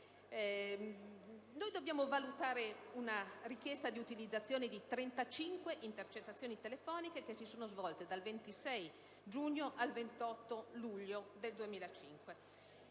Noi dobbiamo valutare una richiesta di utilizzazione di 35 intercettazioni telefoniche che si sono svolte dal 26 giugno al 28 luglio 2005.